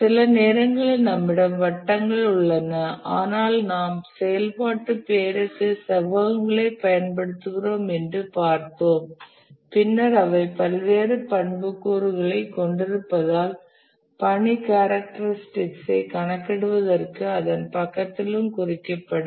சில நேரங்களில் நம்மிடம் வட்டங்கள் உள்ளன ஆனால் நாம் செயல்பாட்டு பெயருக்கு செவ்வகங்களைப் பயன்படுத்துகிறோம் என்று பார்த்தோம் பின்னர் அவை பல்வேறு பண்புக்கூறுகள்களைக் கொண்டிருப்பதால் பணி கேரக்டரிஸ்டிகஸ் ஐ கணக்கிடுவதற்கு அதன் பக்கத்திலும் குறிக்கப்படும்